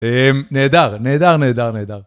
נהדר, נהדר, נהדר, נהדר.